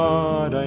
God